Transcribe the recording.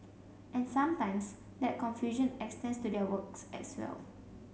and sometimes that confusion extends to their works as well